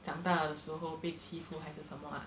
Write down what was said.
长大的时候被欺负还是什么 ah